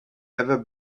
ever